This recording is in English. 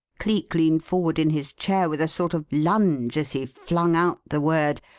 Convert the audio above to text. cleek leaned forward in his chair with a sort of lunge as he flung out the word,